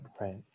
right